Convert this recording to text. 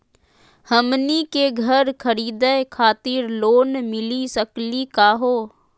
हमनी के घर खरीदै खातिर लोन मिली सकली का हो?